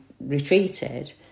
retreated